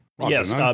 Yes